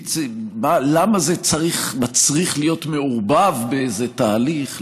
למה זה מצריך להיות מעורבב באיזה תהליך?